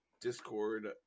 discord